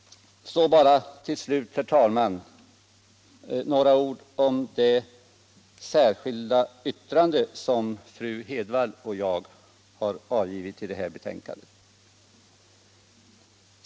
Till slut, herr talman, några ord om det särskilda yttrande som fru Hedvall och jag har avgivit i anslutning till det här betänkandet.